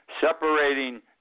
separating